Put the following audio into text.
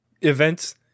events